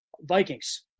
Vikings